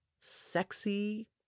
sexy